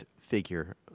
figure